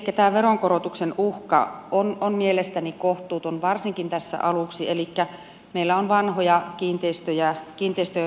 tämä veronkorotuksen uhka on mielestäni kohtuuton varsinkin tässä aluksi elikkä meillä on vanhoja kiinteistöjä kiinteistöjä joita on korjattu